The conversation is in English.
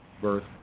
birth